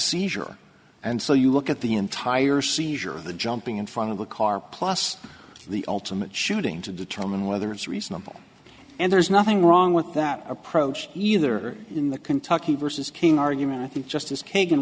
seizure and so you look at the entire seizure the jumping in front of the car plus the ultimate shooting to determine whether it's reasonable and there's nothing wrong with that approach either in the kentucky versus cain argument i think just